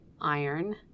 iron